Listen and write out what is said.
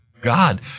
God